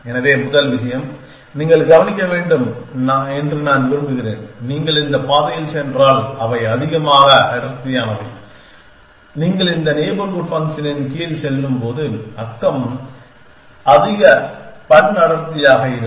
எனவே முதல் விஷயம் நீங்கள் கவனிக்க வேண்டும் என்று நான் விரும்புகிறேன் நீங்கள் இந்த பாதையில் சென்றால் அவை அதிக அடர்த்தியானவை நீங்கள் இந்த நெய்பர்ஹூட் ஃபங்க்ஷனின் கீழ் செல்லும்போது நெய்பர் அதிக பன் அடர்த்தியாக இருக்கும்